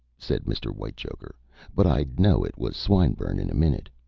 said mr. whitechoker but i'd know it was swinburne in a minute.